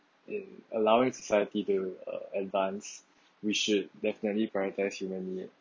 in allowing society they will uh advance we should definitely prioritize human need